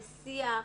בשיח,